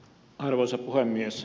arvoisa puhemies